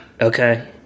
Okay